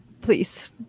Please